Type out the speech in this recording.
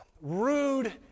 rude